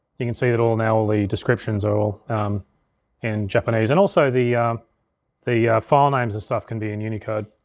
you can see it it all now, all the descriptions are all in japanese. and also the the file names and stuff can be in unicode.